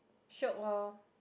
shiok loh